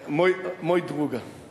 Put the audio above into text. (אומר דברים בשפה הרוסית.)